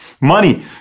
Money